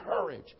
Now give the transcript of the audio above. courage